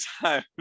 time